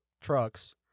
trucks